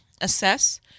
assess